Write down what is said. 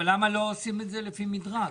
אבל למה לא עושים את זה לפי מדרג?